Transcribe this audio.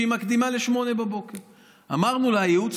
שהיא מקדימה לשעה 08:00. אמרנו לה שהייעוץ